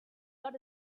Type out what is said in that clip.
but